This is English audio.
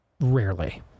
Rarely